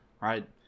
Right